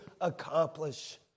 accomplish